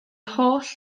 holl